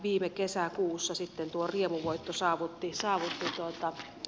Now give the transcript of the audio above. viime kesäkuussa sitten tuo riemuvoitto saavutettiin